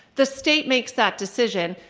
the state makes that decision.